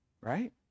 right